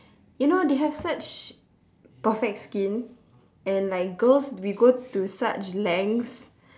you know they have such perfect skin and like girls we go to such lengths